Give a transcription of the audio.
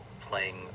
playing